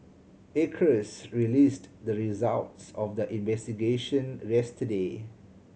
acres released the results of their investigation yesterday